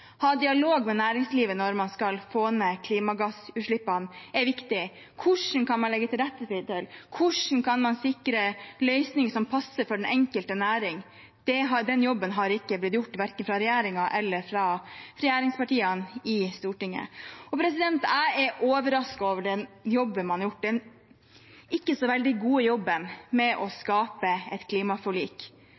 ha dialog med næringslivet når man skal få ned klimagassutslippene er viktig: Hvordan kan man legge til rette, hvordan kan man sikre en løsning som passer for den enkelte næring? Den jobben er ikke blitt gjort verken av regjeringen eller av regjeringspartiene i Stortinget. Jeg er overrasket over den jobben, den ikke så veldig gode jobben, man har gjort med å skape et klimaforlik.